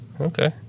Okay